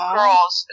girls